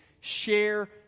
share